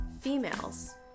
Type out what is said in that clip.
females